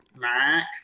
Mac